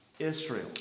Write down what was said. Israel